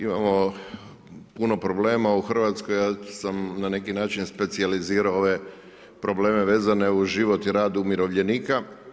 Imamo puno problema u Hrvatskoj, ja sam na neki način specijalizirao ove probleme vezane uz život i rad umirovljenika.